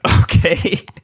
okay